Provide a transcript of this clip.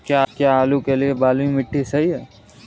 क्या आलू के लिए बलुई मिट्टी सही है?